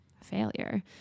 failure